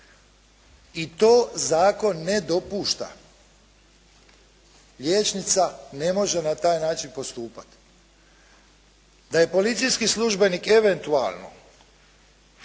I to zakon ne dopušta. Liječnica ne može na taj način postupati. Da je policijski službenik eventualno